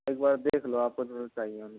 एक बार देख लो आप को जो जो चाहिए उनको